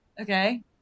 okay